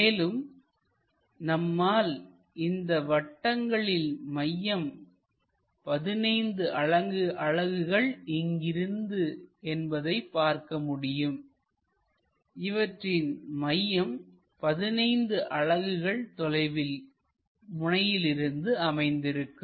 மேலும் நம்மால் இந்த வட்டங்களின் மையம் 15 அலகுகள் இங்கிருந்து என்பதை பார்க்க முடியும் இவற்றின் மையம் 15 அலகுகள் தொலைவில் முனையிலிருந்து அமைந்திருக்கும்